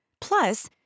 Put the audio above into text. Plus